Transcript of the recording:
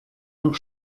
noch